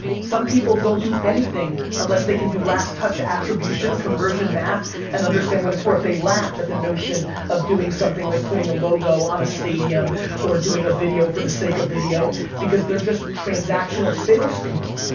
some people don't do anything unless they can do last touch attribution, conversion math, and understand what it's worth. they laugh at the notion of doing something like putting a logo on a stadium or doing a video for the sake of video, because they're just transactional salespeople,